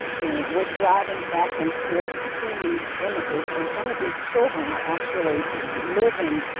you know, we're driving back and forth seeing these images and some of these children are actually living,